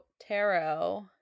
Tarot